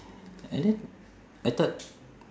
and then I thought